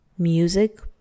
music